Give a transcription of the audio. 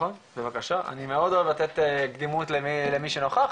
אני מאוד אוהב לתת קדימות למי שנוכח,